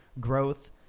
growth